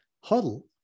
Huddle